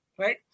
right